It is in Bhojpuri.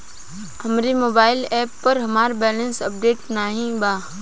हमरे मोबाइल एप पर हमार बैलैंस अपडेट नाई बा